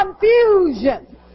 confusion